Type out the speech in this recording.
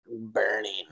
burning